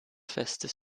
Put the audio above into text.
festes